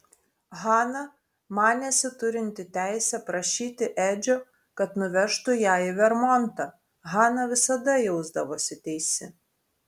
hana manėsi turinti teisę prašyti edžio kad nuvežtų ją į vermontą hana visada jausdavosi teisi